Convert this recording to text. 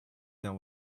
done